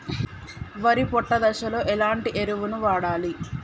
వరి పొట్ట దశలో ఎలాంటి ఎరువును వాడాలి?